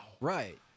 Right